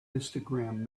histogram